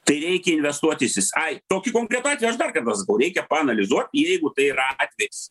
tai reikia investuotisis ai tokį konkretų atvejį aš dar kartą sakau reikia paanalizuoti ir jeigu tai yra atvejis